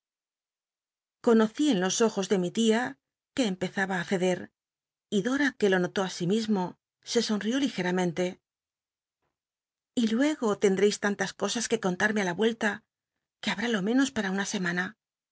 en los ojos de mi tia que empezaba á ceder y dora qne lo notó asimismo se somió ligcjamcn te y luego tendreis tan tas cosas que contarme á la vuelta que habrá lo menos para una semana